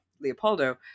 leopoldo